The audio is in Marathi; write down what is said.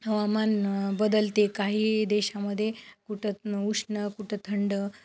हवामान बदलते काही देशामध्ये कुठंच न उष्ण कुठं थंड